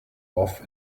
off